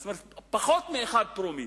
זאת אומרת פחות מ-1 פרומיל.